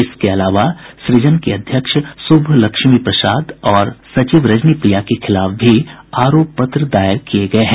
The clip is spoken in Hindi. इसके अलावा सृजन की अध्यक्ष श्रभ लक्ष्मी प्रसाद और सचिव रजनी प्रिया के खिलाफ भी आरोप पत्र दायर किये गये हैं